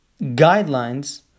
guidelines